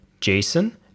jason